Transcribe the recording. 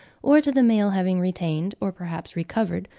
or to the male having retained, or perhaps recovered,